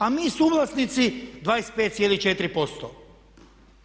A mi suvlasnici 25,4%